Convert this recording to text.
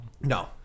No